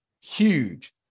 huge